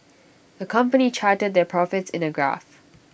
the company charted their profits in A graph